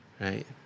Right